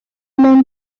mewn